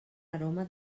aroma